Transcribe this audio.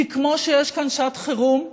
כי כמו שיש כאן שעת חירום,